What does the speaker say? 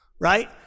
right